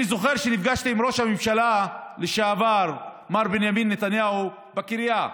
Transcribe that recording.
אני זוכר שנפגשתי עם ראש הממשלה לשעבר מר בנימין נתניהו בקריה,